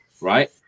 right